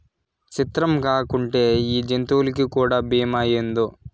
సిత్రంగాకుంటే ఈ జంతులకీ కూడా బీమా ఏందో